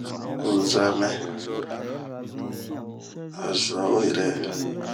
Zan'mɛ, a zua oyɛrɛɛ.